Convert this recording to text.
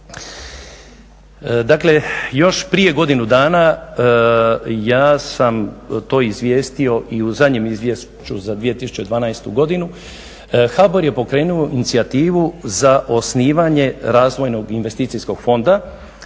Dakle, još prije godinu dana ja sam to izvijestio i u zadnjem izvješću za 2012. godinu HBOR je pokrenuo inicijativu za osnivanje razvojnog investicijskog fonda.